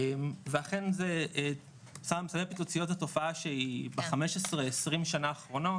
ואכן סם פיצוציות זו תופעה שב- 15-20 שנה אחרונות